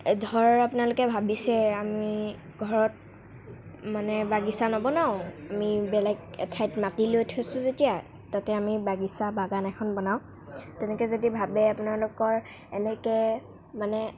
ধৰক আপোনালোকে আমি ঘৰত মানে বাগিচা নবনাও আমি বেলেগ এঠাইত মাটি লৈ থৈছোঁ যেতিয়া তাতে আমি বাগিচা বাগান এখন বনাওঁ তেনেকৈ যদি ভাবে আপোনালোকৰ এনেকৈ মানে